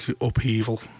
upheaval